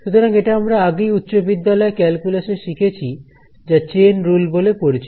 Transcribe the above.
সুতরাং এটি আমরা আগেই উচ্চ বিদ্যালয় এ ক্যালকুলাসে শিখেছি যা চেইন রুল বলে পরিচিত